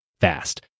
fast